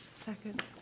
Second